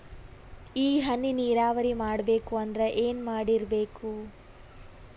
ಈ ಹನಿ ನೀರಾವರಿ ಮಾಡಬೇಕು ಅಂದ್ರ ಏನ್ ಮಾಡಿರಬೇಕು?